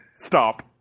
Stop